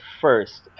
first